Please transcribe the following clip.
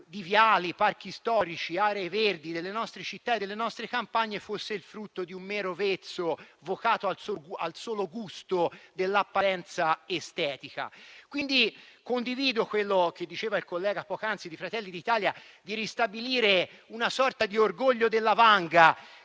di viali, parchi storici, aree verdi delle nostre città e delle nostre campagne fosse il frutto di un mero vezzo vocato al solo gusto dell'apparenza estetica. Condivido quindi le considerazioni del senatore di Fratelli d'Italia di ristabilire una sorta di orgoglio della vanga,